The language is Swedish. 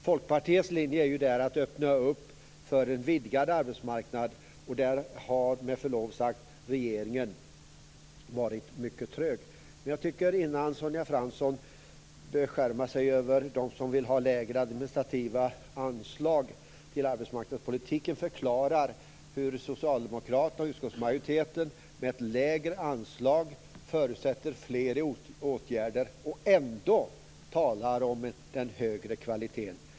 Folkpartiets linje är att öppna för en vidgad arbetsmarknad, och där har med förlov sagt regeringen varit mycket trög. Men innan Sonja Fransson beskärmar sig över dem som vill ha lägre administrativa anslag i arbetsmarknadspolitiken tycker jag att hon ska förklara hur socialdemokraterna och utskottsmajoriteten med ett lägre anslag kan förutsätta fler i åtgärder och ändå tala om en högre kvalitet.